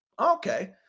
Okay